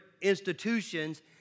institutions